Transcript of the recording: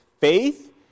faith